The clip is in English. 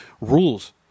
rules